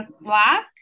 black